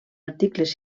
articles